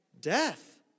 death